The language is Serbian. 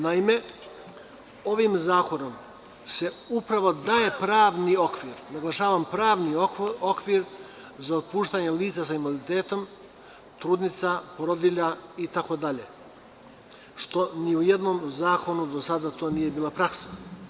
Naime, ovim zakonom se upravo daje pravni okvir, naglašavam – pravni okvir, za otpuštanje lica sa invaliditetom, trudnica, porodilja, itd, što ni u jednom zakonu do sada to nije bila praksa.